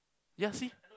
ya see